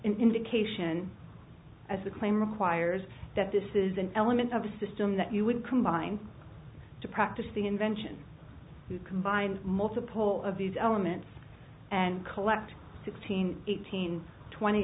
indication as a claim requires that this is an element of the system that you would combine to practice the invention you combine multiple of these elements and collect sixteen eighteen twenty